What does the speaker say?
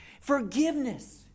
forgiveness